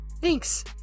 Thanks